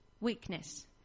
weakness